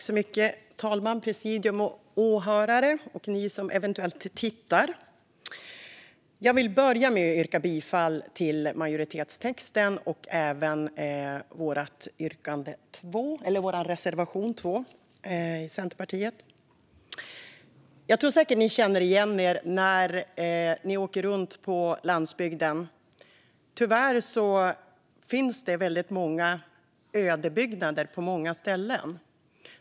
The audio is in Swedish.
Fru talman! Presidium, åhörare och ni som eventuellt tittar på debatten! Jag vill börja med att yrka bifall till utskottsmajoritetens förslag samt till vår reservation 2 från Centerpartiet. Jag tror säkert att ni känner igen er i min beskrivning: När man åker runt på landsbygden ser man tyvärr väldigt många ödebyggnader på många ställen.